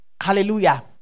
Hallelujah